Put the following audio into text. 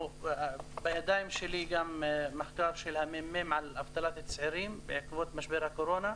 ובידיים שלי גם מחקר של הממ"מ על אבטלת צעירים בעקבות משבר הקורונה,